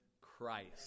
christ